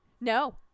No